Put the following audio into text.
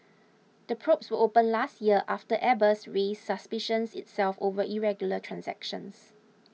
the probes were opened last year after Airbus raised suspicions itself over irregular transactions